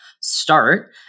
start